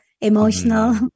emotional